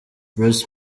bruce